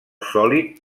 sòlid